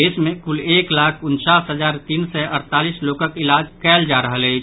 देश मे कुल एक लाख उनचास हजार तीन सय अड़तालीस लोकक इलाज कयल जा रहल अछि